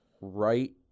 right